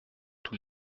tous